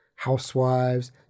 housewives